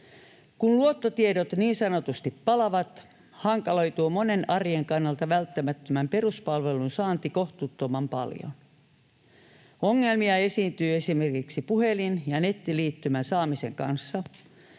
Kun luottotiedot niin sanotusti palavat, hankaloituu monen arjen kannalta välttämättömän peruspalvelun saanti kohtuuttoman paljon. Ongelmia esiintyy esimerkiksi puhelin‑ ja nettiliittymän saamisen kanssa,